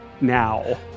now